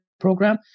program